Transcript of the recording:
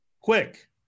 quick